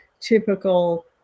typical